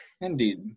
Indeed